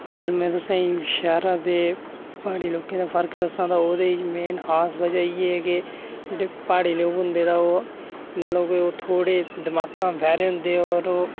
अगर में तुसेंगी शैह्रै दे ते प्हाड़ी लोकें दा फर्क दस्सां तां ओह्दे च मेन खास वजह इ'यै के जेह्ड़े प्हाड़ी लोक होंदे ओह् मतलब कि ओह् थोह्ड़े दमाका बैह्रे होंदे होर ओह्